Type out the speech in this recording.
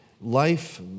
life